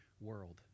world